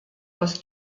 aus